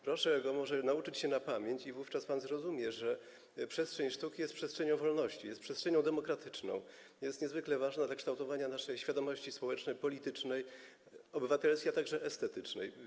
Proszę może nauczyć się go na pamięć i wówczas pan zrozumie, że przestrzeń sztuki jest przestrzenią wolności, jest przestrzenią demokratyczną, jest niezwykle ważna dla kształtowania naszej świadomości społeczno-politycznej, obywatelskiej, a także estetycznej.